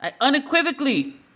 unequivocally